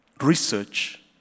research